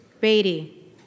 Beatty